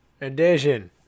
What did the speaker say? edition